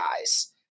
guys